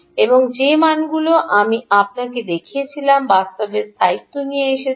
এবং যে মানগুলি আমি আপনাকে দেখিয়েছিলাম বাস্তবে স্থায়িত্ব নিয়ে এসেছি